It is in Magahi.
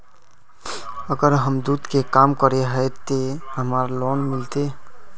अगर हम दूध के काम करे है ते हमरा लोन मिलते?